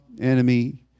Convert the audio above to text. enemy